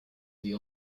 the